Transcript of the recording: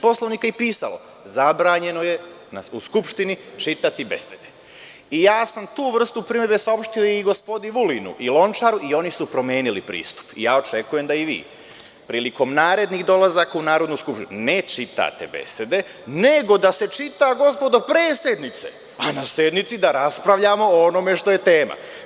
Poslovnika je pisalo – zabranjeno je u Skupštini čitati besede i ja sam tu vrstu primedbe saopštio i gospodi Vulinu i Lončaru i oni su promenili pristup i ja očekujem da i vi prilikom narednih dolazaka u Narodnu skupštinu ne čitate besede, nego da se čita, gospodo, pre sednice, a na sednici da raspravljamo o onome što je tema.